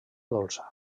dolça